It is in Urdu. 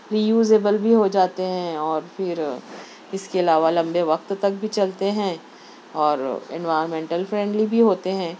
رییوزیبل بھی ہو جاتے ہیں اور پھر اس کے علاوہ لمبے وقت تک بھی چلتے ہیں اور انوائرمنٹل فرینڈلی بھی ہوتے ہیں